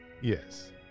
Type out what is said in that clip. Yes